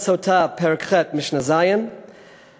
במסכת סוטה, פרק ח', משנה ז', כתוב: